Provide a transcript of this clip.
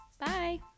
Bye